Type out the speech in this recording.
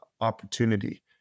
opportunity